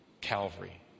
Calvary